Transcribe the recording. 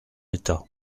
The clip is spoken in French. état